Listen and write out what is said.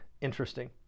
interesting